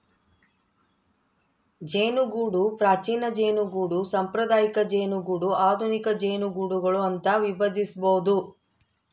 ಜೇನುಗೂಡು ಪ್ರಾಚೀನ ಜೇನುಗೂಡು ಸಾಂಪ್ರದಾಯಿಕ ಜೇನುಗೂಡು ಆಧುನಿಕ ಜೇನುಗೂಡುಗಳು ಅಂತ ವಿಭಜಿಸ್ಬೋದು